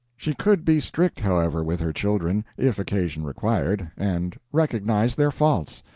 she could be strict, however, with her children, if occasion required, and recognized their faults.